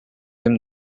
him